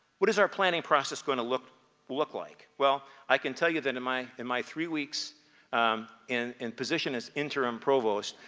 what is our planning process going to look look like? well, i can tell you that in my in my three weeks in in position as interim provost